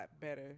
better